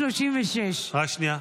1936. רק שנייה.